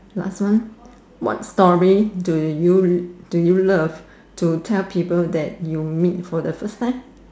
last one what story do you do you love to tell people that you meet for the first time